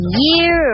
year